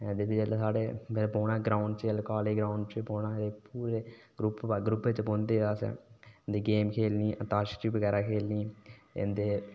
ते जिसलै असें कॉलेज ग्राऊंड च बौह्ना तां ग्रुप च बौंह्दे हे अस ते गेम खेढनी अंताक्षरी बगैरा बी खेढनी ते